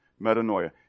Metanoia